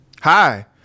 Hi